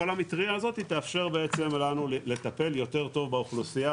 כל המטרייה הזאת תאפשר לנו לטפל יותר טוב באוכלוסייה